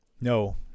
No